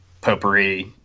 potpourri